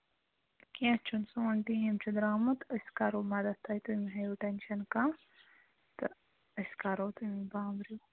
کیٚنہہ چھُنہٕ سون ٹیٖم چھُ درٛامُت أسۍ کرو مدت تۄہہِ تُہۍ مہٕ ہیٚیِو ٹٮ۪نٛشَن کانٛہہ تہٕ أسۍ کرو تُہۍ مہٕ بامبرِو